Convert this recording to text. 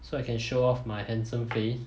so I can show off my handsome face